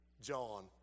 John